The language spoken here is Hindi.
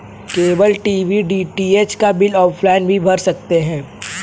केबल टीवी डी.टी.एच का बिल ऑफलाइन भी भर सकते हैं